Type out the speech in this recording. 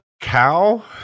Cow